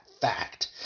fact